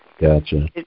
Gotcha